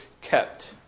kept